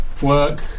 work